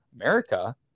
America